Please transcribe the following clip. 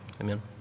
Amen